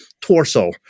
torso